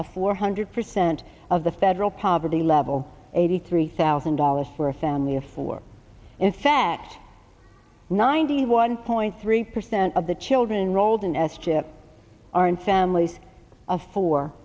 of four hundred percent of the federal poverty level eighty three thousand dollars for a family of four in fact ninety one point three percent of the children roldan s chip are in families of fo